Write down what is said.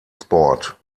sport